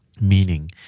meaning